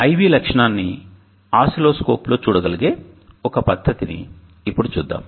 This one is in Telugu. IV లక్షణాన్ని ఆస్సిల్లోస్కోప్లో చూడగలిగే ఒక పద్ధతిని ఇప్పుడు చూద్దాం